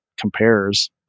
compares